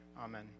Amen